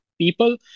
people